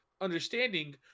understanding